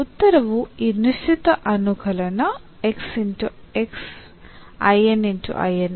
ಆದ್ದರಿಂದ ನಮ್ಮ ಉತ್ತರವು ಈ ನಿಶ್ಚಿತ ಅನುಕಲನ ಆಗಿದೆ